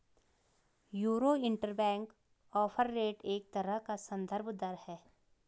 euro interbank offer rate एक तरह का सन्दर्भ दर है